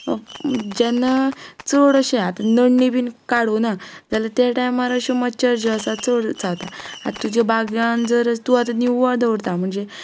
जेन्ना चड अशे आतां नंणी बी काडूना जाल्या त्या टायमार अश्यो मच्छर ज्यो आसा चड चावता आतां तुज्या बागान जर तूं आतां निवळ दवरता म्हणजे